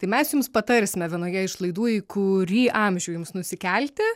tai mes jums patarsime vienoje iš laidų į kurį amžių jums nusikelti